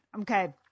Okay